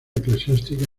eclesiástica